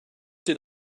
did